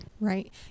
Right